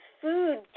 food